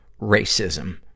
racism